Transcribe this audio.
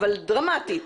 אבל דרמטית,